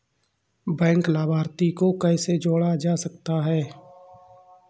Bank लाभार्थी को कैसे जोड़ा जा सकता है?